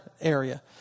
area